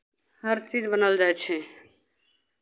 हर चीज बनल जाइ छै